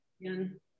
again